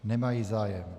Nemají zájem.